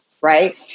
right